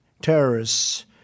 terrorists